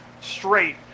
straight